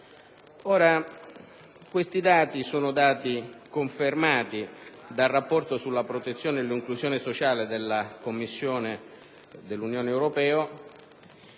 Questi dati sono confermati dal rapporto sulla protezione e l'inclusione sociale della Commissione dell'Unione europea